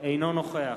אינו נוכח